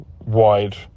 wide